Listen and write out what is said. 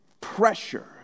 pressure